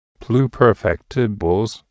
pluperfectibles